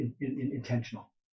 intentional